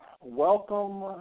welcome